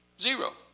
Zero